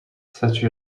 such